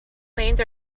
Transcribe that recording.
lanes